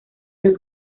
del